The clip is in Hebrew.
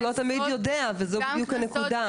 הוא לא תמיד יודע וזו בדיוק הנקודה.